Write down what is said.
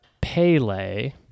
Pele